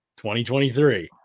2023